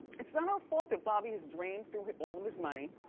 it's not our fault that bobby has drained through all of his money,